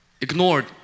ignored